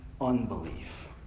unbelief